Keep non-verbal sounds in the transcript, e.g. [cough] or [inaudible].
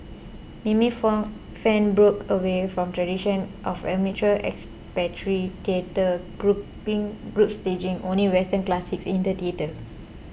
mimi [unintelligible] Fan broke away from a tradition of amateur expatriate theatre [unintelligible] groups staging only Western classics in the theatre